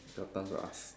your turn to ask